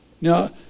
Now